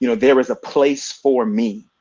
you know there is a place for me,